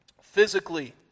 physically